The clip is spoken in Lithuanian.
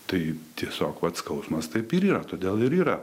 tai tiesiog vat skausmas taip ir yra todėl ir yra